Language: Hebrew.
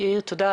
יאיר תודה.